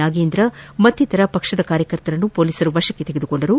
ನಾಗೇಂದ್ರ ಮತ್ತಿತರ ಪಕ್ಷದ ಕಾರ್ಯಕರ್ತರನ್ನು ಪೊಲೀಸರು ವಶಕ್ಷೆ ತೆಗೆದುಕೊಂಡರು